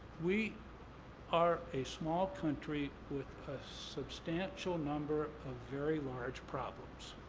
we are a small country with a substantial number of very large problems,